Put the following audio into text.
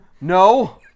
No